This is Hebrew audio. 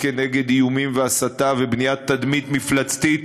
כנגד איומים והסתה ובניית תדמית מפלצתית